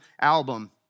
album